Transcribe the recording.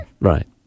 Right